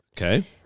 Okay